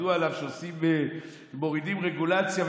עבדו עליו שמורידים רגולציה,